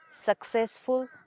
successful